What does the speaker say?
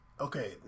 Okay